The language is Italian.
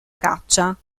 caccia